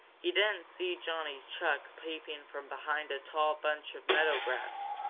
he didn't see johnny chuck peeping from behind a tall bunch of meadow grass,